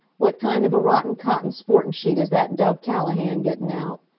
what kind of a rotten cotton sportin' sheet is that dub callahan gettin' out?